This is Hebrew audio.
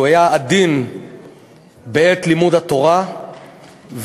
כי הוא היה עדין בעת לימוד התורה וחזק